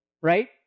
right